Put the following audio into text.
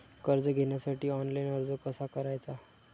कर्ज घेण्यासाठी ऑनलाइन अर्ज कसा करायचा?